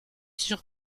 sûr